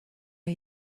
are